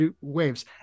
waves